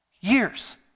years